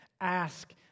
Ask